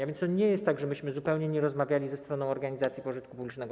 A więc to nie jest tak, że myśmy zupełnie nie rozmawiali ze stroną organizacji pożytku publicznego.